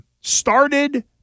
started